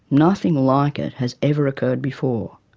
nothing like it has ever occurred before